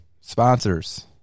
Sponsors